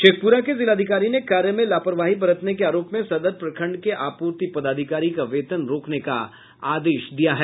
शेखप्ररा के जिलाधिकारी ने कार्य में लापरवाही बरतने के आरोप में सदर प्रखंड के आपूर्ति पदाधिकारी का वेतन रोकने का आदेश दिया है